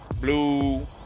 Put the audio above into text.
blue